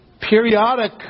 periodic